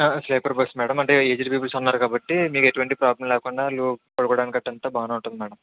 sleeper bus madam అంటే aged peoples ఉన్నారు కాబట్టీ మీకు ఎటువంటి ప్రాబ్లెమ్ లేకుండా లో పడుకోడానికి అట్టా అంతా బాగానే ఉంటుంది మేడం